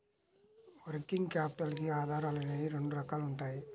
working capital కి ఆధారాలు అనేవి రెండు రకాలుగా ఉంటాయి